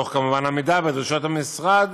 כמובן תוך עמידה בדרישות המשרד